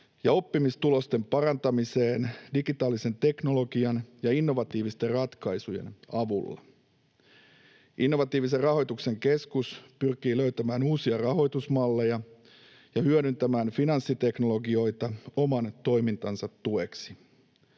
ja oppimistulosten parantamiseen digitaalisen teknologian ja innovatiivisten ratkaisujen avulla. Innovatiivisen rahoituksen keskus pyrkii löytämään uusia rahoitusmalleja ja hyödyntämään finanssiteknologioita oman toimintansa tueksi.